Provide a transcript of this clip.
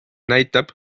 näitab